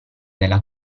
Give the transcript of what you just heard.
della